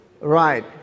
Right